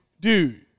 Dude